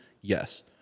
yes